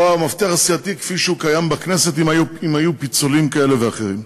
או המפתח הסיעתי כפי שהוא קיים בכנסת אם היו פיצולים כאלה ואחרים.